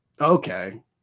okay